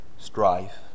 strife